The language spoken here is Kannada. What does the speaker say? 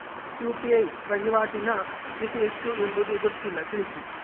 ಯು.ಪಿ.ಐ ವಹಿವಾಟಿನ ಮಿತಿ ಎಷ್ಟು ಎಂಬುದು ಗೊತ್ತಿಲ್ಲ? ತಿಳಿಸಿ?